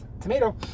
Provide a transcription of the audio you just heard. tomato